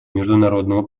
международного